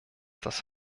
das